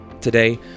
Today